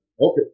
Okay